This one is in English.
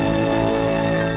and